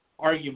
Arguably